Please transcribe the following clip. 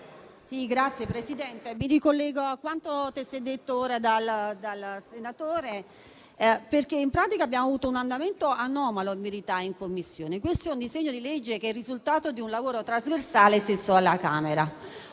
Signora Presidente, mi ricollego a quanto testé detto dal senatore Magni, perché in pratica abbiamo avuto un andamento anomalo in Commissione. Questo disegno di legge è il risultato di un lavoro trasversale svolto alla Camera,